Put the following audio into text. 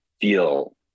feel